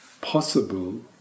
possible